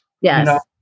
Yes